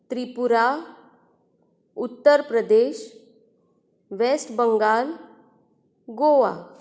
Tripura Uttar Pradesh west Bengal Goa